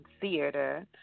theater